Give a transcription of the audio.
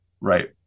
right